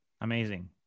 Amazing